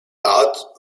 art